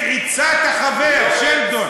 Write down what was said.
את עצת החבר שלדון,